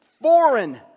foreign